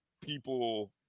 people